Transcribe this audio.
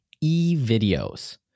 e-videos